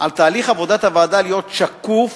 על תהליך עבודת הוועדה להיות שקוף